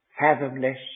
fathomless